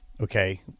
okay